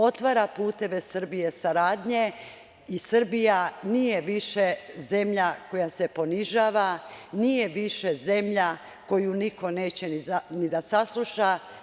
Otvara puteve Srbije saradnje i Srbija nije više zemlja koja se ponižava, nije više zemlja koju niko neće ni da sasluša.